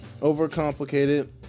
overcomplicated